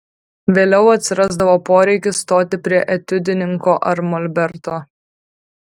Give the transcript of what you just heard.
vėliau atsirasdavo poreikis stoti prie etiudininko ar molberto